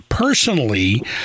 Personally